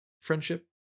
friendship